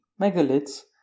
megaliths